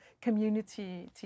community